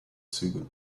züge